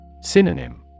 Synonym